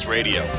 Radio